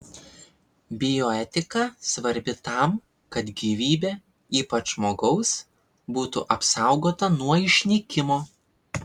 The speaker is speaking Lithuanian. bioetika svarbi tam kad gyvybė ypač žmogaus būtų apsaugota nuo išnykimo